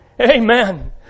Amen